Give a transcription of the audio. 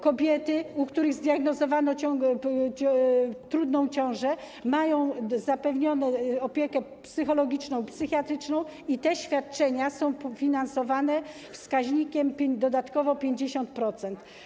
Kobiety, u których zdiagnozowano trudną ciążę, mają zapewnioną opiekę psychologiczną i psychiatryczną i te świadczenia są finansowane wskaźnikiem (...) dodatkowo 50%.